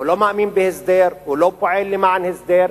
הוא לא מאמין בהסדר, הוא לא פועל למען הסדר.